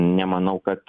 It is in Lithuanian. nemanau kad